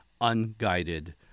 unguided